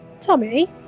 tommy